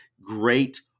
great